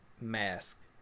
mask